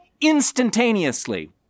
Instantaneously